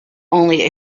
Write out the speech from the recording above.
only